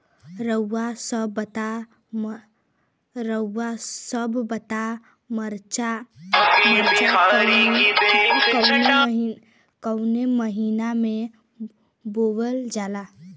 रउआ सभ बताई मरचा कवने महीना में बोवल जाला?